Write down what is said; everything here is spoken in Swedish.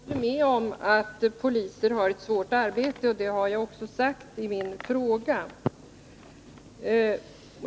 Herr talman! Jag håller med om att poliser har ett svårt arbete, och det har jag också framhållit i min fråga.